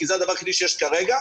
כי זה הדבר היחיד שיש כרגע,